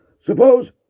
Suppose